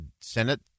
Senate